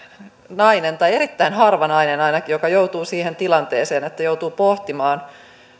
nainen tai erittäin harva nainen ainakin joka joutuu siihen tilanteeseen että joutuu pohtimaan